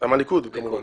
הליכוד כמובן.